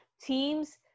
teams